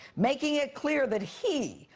making it clear that he,